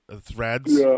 threads